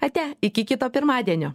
ate iki kito pirmadienio